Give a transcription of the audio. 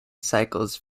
cycles